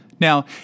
Now